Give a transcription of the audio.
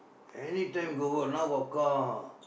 anytime got work now got car